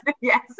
Yes